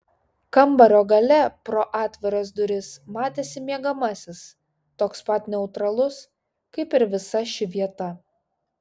kambario gale pro atviras duris matėsi miegamasis toks pat neutralus kaip ir visa ši vieta